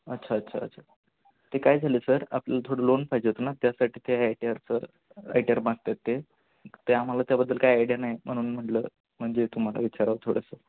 अच्छा अच्छा अच्छा ते काय झालं सर आपल्याला थोडं लोन पाहिजे होतं ना त्यासाठी ते आय टी आरचं आय टी आर मागत आहेत ते आम्हाला त्याबद्दल काय आयडिया नाही म्हणून म्हणलं म्हणजे तुम्हाला विचारावं थोडंसं